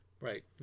Right